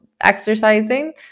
exercising